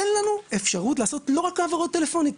תן לנו אפשרות לעשות לא רק העברות טלפוניות,